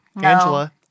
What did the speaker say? Angela